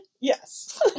yes